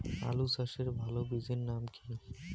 আলু চাষের ভালো বীজের নাম কি?